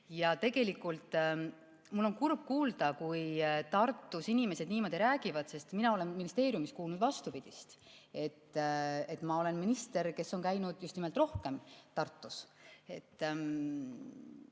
Ja tegelikult mul on kurb kuulda, kui Tartus inimesed niimoodi räägivad. Mina olen ministeeriumis kuulnud vastupidist, et ma olen minister, kes on käinud just nimelt rohkem Tartus.